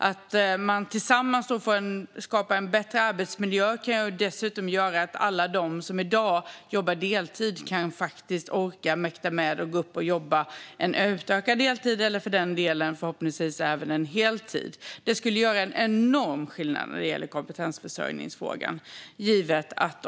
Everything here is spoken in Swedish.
Att man tillsammans skapar en bättre arbetsmiljö kan dessutom göra att alla de som i dag jobbar deltid kan orka och mäkta med att gå upp och jobba en utökad deltid eller, för den delen, förhoppningsvis även en heltid. Det skulle göra en enorm skillnad när det gäller kompetensförsörjningsfrågan.